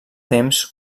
temps